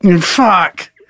Fuck